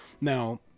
Now